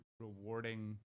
rewarding